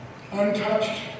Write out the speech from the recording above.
untouched